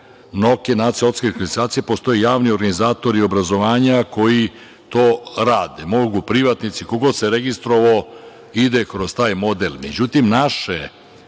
je Nacionalni okvir kvalifikacije. Postoje javni organizatori obrazovanja koji to rade. Mogu privatnici, ko god se registrovao ide kroz taj model.Međutim, naše